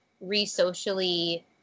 re-socially